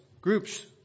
groups